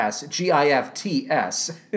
G-I-F-T-S